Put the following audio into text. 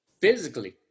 Physically